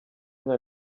nka